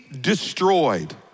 destroyed